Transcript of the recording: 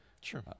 Sure